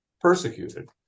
persecuted